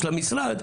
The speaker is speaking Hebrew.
של המשרד,